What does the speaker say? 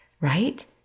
right